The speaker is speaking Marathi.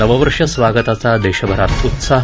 नववर्ष स्वागताचा देशभरात उत्साह